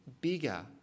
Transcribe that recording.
bigger